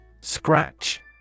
Scratch